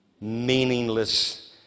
Meaningless